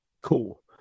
Cool